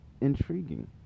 intriguing